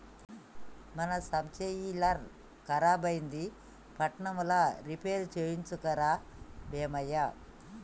మన సబ్సోయిలర్ ఖరాబైంది పట్నంల రిపేర్ చేయించుక రా బీమయ్య